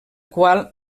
qual